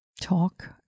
talk